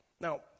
Now